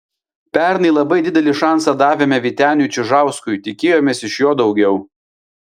pernai labai didelį šansą davėme vyteniui čižauskui tikėjomės iš jo daugiau